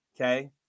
Okay